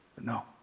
No